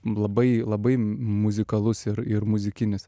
labai labai muzikalus ir ir muzikinis